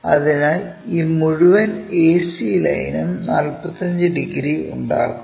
അതിനാൽ ഈ മുഴുവൻ ac ലൈനും 45 ഡിഗ്രി ഉണ്ടാക്കും